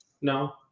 no